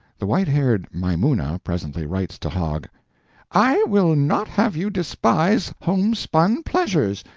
the white-haired maimuna presently writes to hogg i will not have you despise home-spun pleasures.